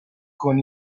con